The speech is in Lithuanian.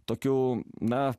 tokių na